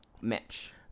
match